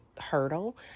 hurdle